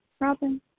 Robin